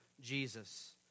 Jesus